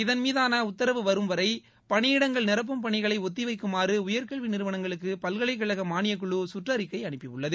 இதன் மீதான உத்தரவு வரும் வரை பணியிடங்கள் நிரப்பும் பணிகளை ஒத்தி வைக்குமாறு உயர்கல்வி நிறுவனங்களுக்கு பல்கலைக்கழக மாளியக்குழு சுற்றறிக்கை அனுப்புயுள்ளது